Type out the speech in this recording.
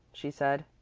she said.